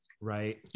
Right